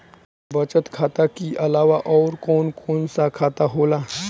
बचत खाता कि अलावा और कौन कौन सा खाता होला?